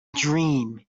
dream